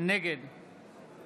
נגד